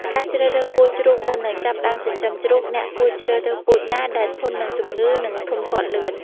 ការជ្រើសរើសពូជជ្រូកមុននឹងចាប់ផ្តើមចិញ្ចឹមជ្រូក អ្នកគួរជ្រើសរើសពូជណាដែលធន់នឹងជំងឺ និងធំធាត់លឿន។